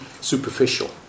superficial